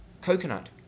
Coconut